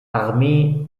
armee